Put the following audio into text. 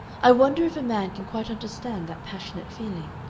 i wonder if a man can quite understand that passionate feeling?